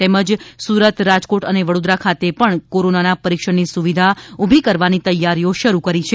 તેમજ સુરત રાજકોટ અને વડોદરા ખાતે પણ કોરોનાના પરિક્ષણની સુવિધા ઉભી કરવાની તૈયારીઓ શરૂ કરી છે